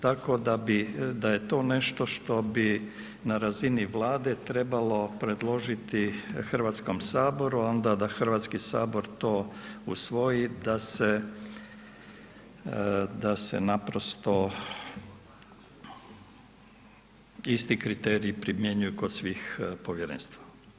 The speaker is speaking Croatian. Tako da je to nešto što bi na razini Vlade trebalo predložiti Hrvatskom saboru a onda da Hrvatski sabor to usvoji i da se naprosto isti kriteriji primjenjuju kod svih povjerenstva.